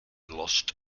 lost